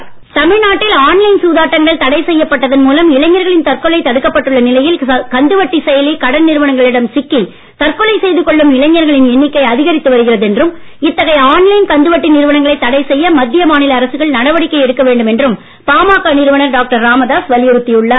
பாமக தமிழ்நாட்டில் ஆன்லைன் சூதாட்டங்கள் தடை செய்யப்பட்டதன் மூலம் இளைஞர்களின் தற்கொலை தடுக்கப்பட்டுள்ள நிலையில் கந்துவட்டி செயலி கடன் நிறுவனங்களிடம் சிக்கி தற்கொலை செய்து கொள்ளும் இளைஞர்களின் எண்ணிக்கை அதிகரித்து வருகிறது என்றும் இத்தகைய ஆன்லைன் கந்துவட்டி நிறுவனங்களை தடை செய்ய மத்திய மாநில அரசுகள் நடவடிக்கை எடுக்க வேண்டும் என்று பாமக நிறுவனர் டாக்டர் ராமதாஸ் வலியுறுத்தியுள்ளார்